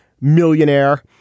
millionaire